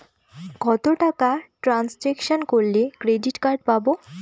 কত টাকা ট্রানজেকশন করলে ক্রেডিট কার্ড পাবো?